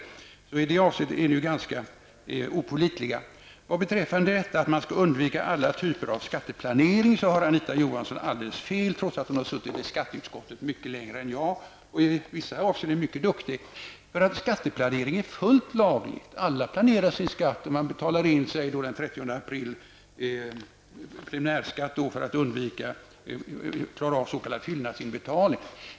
I detta avseende är socialdemokraterna ganska opålitliga. Beträffande att man skall undvika alla typer av skatteplanering har Anita Johansson alldeles fel, trots att hon har suttit i skatteutskottet mycket längre än jag och i vissa avseenden är mycket duktig. Skatteplanering är nämligen fullt laglig. Alla planerar sin skatt. Man kan t.ex. betala in preliminärskatt den 30 april, s.k. fyllnadsinbetalning.